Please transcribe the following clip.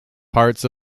parts